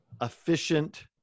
efficient